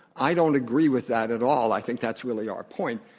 i don't agree with that at all. i think that's really our point,